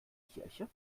kirche